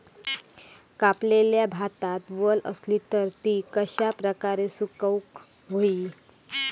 कापलेल्या भातात वल आसली तर ती कश्या प्रकारे सुकौक होई?